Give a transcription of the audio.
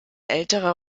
älterer